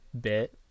bit